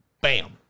Bam